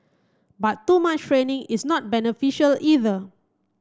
but too much training is not beneficial either